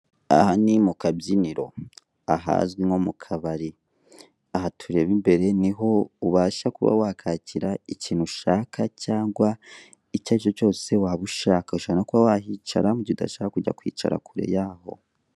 Aha ni mu kabyiniro ahazwi nko mu kabari. Aha tureba imbere niho ubasha kuba wakakira ikintu ushaka cyangwa icyo aricyo cyose waba ushaka. Ushobora no kuba wahicara mu gihe udashaka kujya kwicara kure yaho.